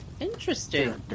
Interesting